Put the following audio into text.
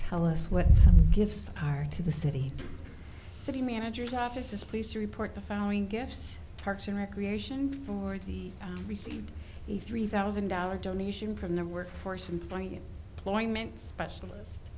tell us what some gifts are to the city city managers offices police report the following gifts parks and recreation for the receive a three thousand dollars donation from the workforce employee ploy meant specialist